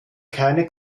keine